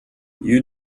you